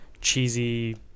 cheesy